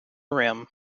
rim